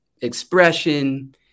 expression